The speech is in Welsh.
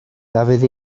dafydd